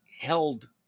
held